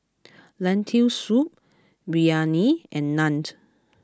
Lentil Soup Biryani and Naan